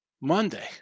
Monday